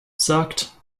sagt